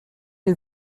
ils